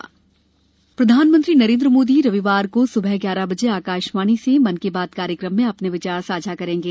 मन की बात प्रधानमंत्री नरेन्द्र मोदी रविवार को सुबह ग्यारह बजे आकाशवाणी से मन की बात कार्यक्रम में अपने विचार साझा करेंगे